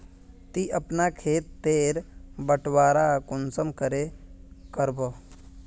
ती अपना खेत तेर बटवारा कुंसम करे करबो?